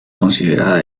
considerada